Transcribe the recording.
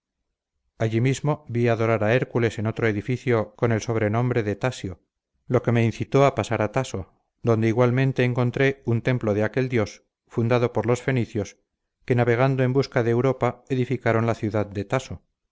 allí mismo vi adorar a hércules en otro edificio con el sobrenombre de tasio lo que me incitó a pasar a taso donde igualmente encontré un templo de aquel dios fundado por los fenicios que navegando en busca de europa edificaron la ciudad de taso